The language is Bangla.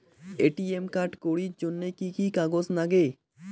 এ.টি.এম কার্ড করির জন্যে কি কি কাগজ নাগে?